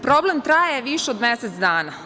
Problem traje više od mesec dana.